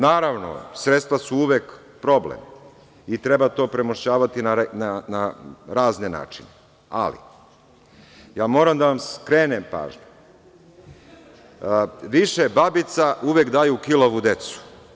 Naravno, sredstva su uvek problem i treba to premošćavati na razne načine, ali, ja moram da vam skrenem pažnju, više babica uvek daju kilavu decu.